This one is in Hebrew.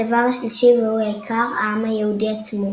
הדבר השלישי והוא העיקר העם היהודי עצמו.